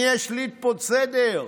"אני אשליט פה סדר",